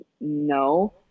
no